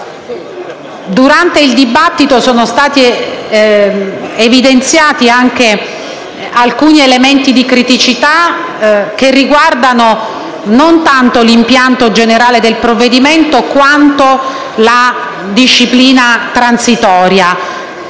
Durante il dibattito sono stati evidenziati alcuni elementi di criticità, che riguardano non tanto l'impianto generale del provvedimento quanto la disciplina transitoria.